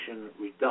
reduction